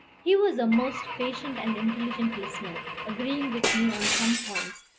he was a most patient and intelligent listener, agreeing with me on some points,